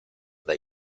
dai